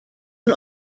von